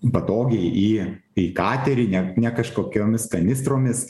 patogiai į į katerį ne ne kažkokiomis kanistromis